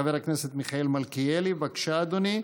חבר הכנסת מיכאל מלכיאלי, בבקשה, אדוני.